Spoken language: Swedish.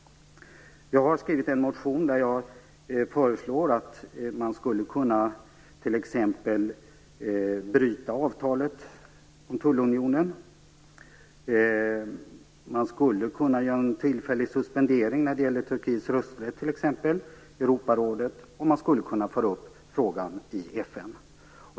Jag har skrivit en motion där jag föreslår att man t.ex. skulle kunna bryta avtalet om tullunionen eller göra en tillfällig suspendering av Turkiets rösträtt i Europarådet. Man skulle också kunna föra upp frågan i FN.